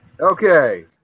Okay